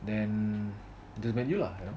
then just met you lah